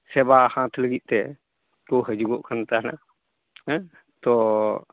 ᱥᱮᱵᱟ ᱦᱟᱛᱟᱣ ᱞᱟᱹᱜᱤᱫ ᱛᱮᱠᱚ ᱦᱤᱡᱩᱜ ᱠᱟᱱ ᱛᱟᱦᱮᱱᱟ ᱛᱚ